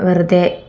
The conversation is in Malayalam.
വെറുതെ